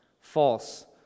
false